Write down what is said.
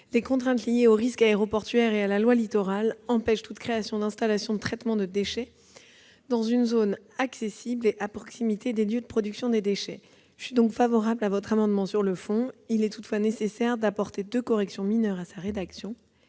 Les contraintes liées aux risques aéroportuaires et à la loi Littoral empêchent toute création d'installations de traitement des déchets dans une zone accessible et à proximité des lieux de production des déchets. Si je suis favorable à l'amendement sur le fond, il est toutefois nécessaire d'apporter deux corrections mineures à sa rédaction